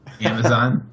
Amazon